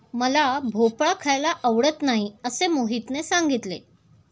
मला भोपळा खायला आवडत नाही असे मोहितने सांगितले